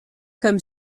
comme